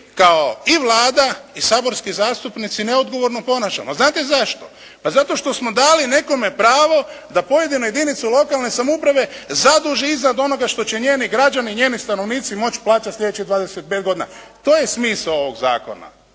kao i Vlada i saborski zastupnici neodgovorno ponašamo. A znate zašto? Pa zato što smo dali nekome pravo da pojedinu jedinicu lokalne samouprave zaduži iznad onoga što će njeni građani i njeni stanovnici moći plaćati sljedećih 25 godina. To je smisao ovog zakona.